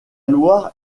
loire